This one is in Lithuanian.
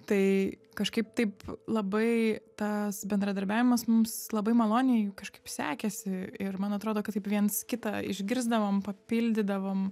tai kažkaip taip labai tas bendradarbiavimas mums labai maloniai kažkaip sekėsi ir man atrodo kad taip viens kitą išgirsdavom papildydavom